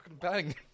bang